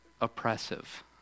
oppressive